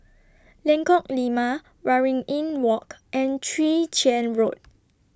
Lengkok Lima Waringin Walk and Chwee Chian Road